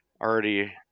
already